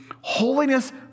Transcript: Holiness